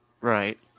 Right